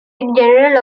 general